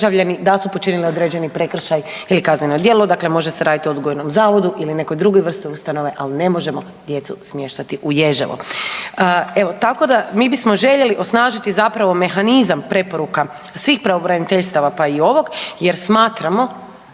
da su počinili određeni prekršaj ili kazneno djelo, dakle može se raditi o odgojnom zavodu ili nekoj drugoj vrsti ustanove, ali ne možemo djecu smještati u Ježevo. Tako da mi bismo željeli osnažiti mehanizam preporuka svih pravobraniteljstava pa i ovog jer smatramo,